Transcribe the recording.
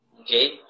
Okay